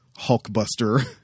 Hulkbuster